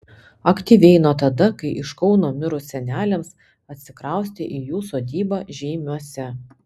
aktyviai nuo tada kai iš kauno mirus seneliams atsikraustė į jų sodybą žeimiuose